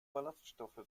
ballaststoffe